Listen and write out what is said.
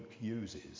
uses